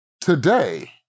Today